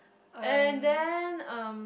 and then um